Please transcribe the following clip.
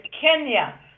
Kenya